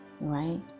right